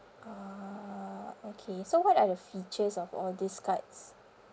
uh okay so what are the features of all these cards